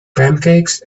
pancakes